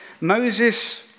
Moses